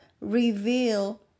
reveal